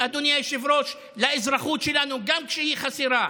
-- אדוני היושב-ראש, לאזרחות שלנו גם כשהיא חסרה.